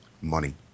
money